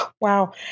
Wow